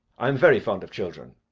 i am very fond of children.